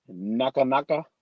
NakaNaka